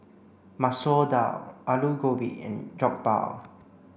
Masoor Dal Alu Gobi and Jokbal